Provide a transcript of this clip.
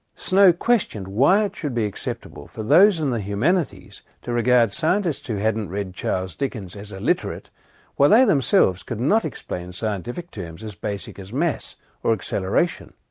snow questioned why it should be acceptable for those in the humanities to regard scientists who hadn't read charles dickens as illiterate while they themselves could not explain scientific terms as basic as mass or acceleration,